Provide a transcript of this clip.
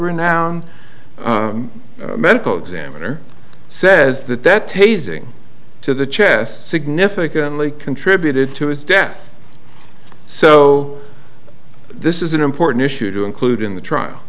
renowned medical examiner says that that tasing to the chest significantly contributed to his death so this is an important issue to include in the trial